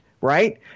right